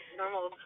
normal